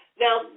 Now